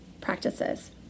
practices